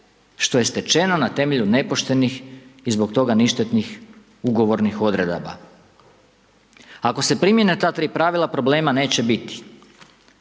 što je stečeno na temelju nepoštenih i zbog toga ništetnih ugovornih odredaba. Ako se primjene ta tri pravila, problema neće biti.